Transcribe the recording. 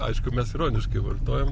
aišku mes ironiškai vartojam